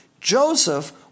Joseph